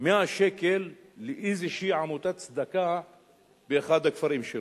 100 שקלים לאיזושהי עמותת צדקה באחד הכפרים שלו?